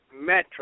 Metro